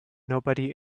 nobody